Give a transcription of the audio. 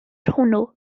hwnnw